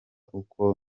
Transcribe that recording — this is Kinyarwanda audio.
uko